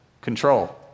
control